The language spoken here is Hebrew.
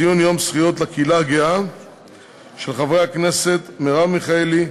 של חברי הכנסת מרב מיכאלי,